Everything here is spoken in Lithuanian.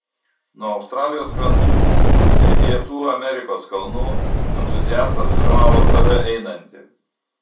nuo australijos krantų iki pietų amerikos kalnų entuziastas filmavo save einantį